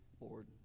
Lord